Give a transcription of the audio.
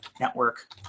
network